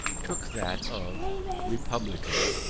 took that of republican.